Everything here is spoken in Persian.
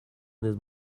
نیز